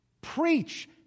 Preach